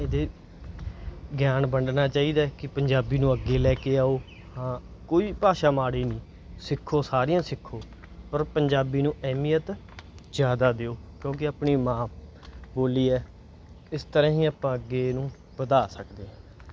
ਇਹਦੇ ਗਿਆਨ ਵੰਡਣਾ ਚਾਹੀਦਾ ਕਿ ਪੰਜਾਬੀ ਨੂੰ ਅੱਗੇ ਲੈ ਕੇ ਆਓ ਹਾਂ ਕੋਈ ਭਾਸ਼ਾ ਮਾੜੀ ਨਹੀਂ ਸਿੱਖੋ ਸਾਰੀਆਂ ਸਿੱਖੋ ਪਰ ਪੰਜਾਬੀ ਨੂੰ ਅਹਿਮੀਅਤ ਜ਼ਿਆਦਾ ਦਿਓ ਕਿਉਂਕਿ ਆਪਣੀ ਮਾਂ ਬੋਲੀ ਹੈ ਇਸ ਤਰ੍ਹਾਂ ਹੀ ਆਪਾਂ ਅੱਗੇ ਇਹਨੂੰ ਵਧਾ ਸਕਦੇ ਹਾਂ